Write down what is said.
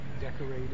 decorated